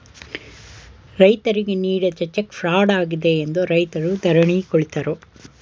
ರೈತರಿಗೆ ನೀಡಿದ cheque fraud ಆಗಿದೆ ಎಂದು ರೈತರು ಧರಣಿ ಕುಳಿತರು